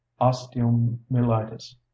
osteomyelitis